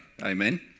amen